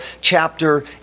chapter